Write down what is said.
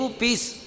peace